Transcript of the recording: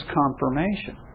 confirmation